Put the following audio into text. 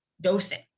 dosing